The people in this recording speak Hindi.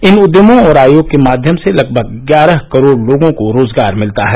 इन उद्यमों और आयोग के माध्यम से लगभग ग्यारह करोड़ लोगों को रोजगार मिलता है